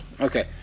Okay